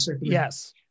yes